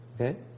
Okay